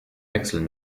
wechseln